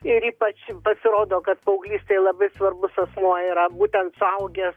ir ypač pasirodo kad paauglystėje labai svarbus asmuo yra būtent suaugęs